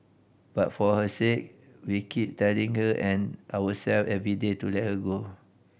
but for her sake we keep telling her and ourself every day to let her go